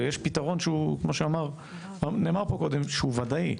ויש פתרון שהוא כמו שנאמר פה קודם שהוא וודאי,